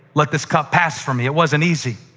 let this cup pass from me. it wasn't easy.